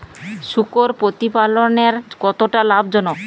শূকর প্রতিপালনের কতটা লাভজনক?